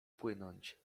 płynąć